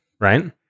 right